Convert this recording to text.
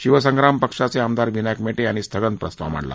शिवसंग्राम पक्षाचे आमदार विनायक मेे ियांनी स्थगन प्रस्ताव मांडला